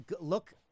look